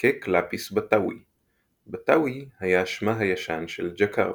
קאק לאפיס בטאווי "בטאווי" היה שמה הישן של ג'קרטה.